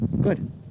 Good